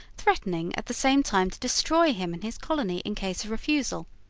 threatening at the same time to destroy him and his colony in case of refusal.